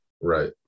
Right